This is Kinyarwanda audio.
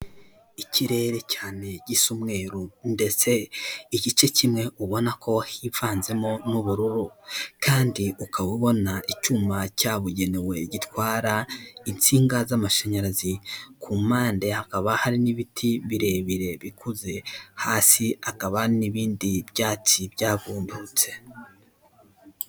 Ikirere cyane gisa umweru, ndetse igice kimwe ubona ko hivanzemo n'ubururu, kandi ukaba ubona icyuma cyabugenewe gitwara itsinga z'amashanyarazi, ku mpande hakaba hari n'ibiti birebire bikuze, hasi hakaba n'ibindi byatsi byagundutse.